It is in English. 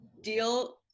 deal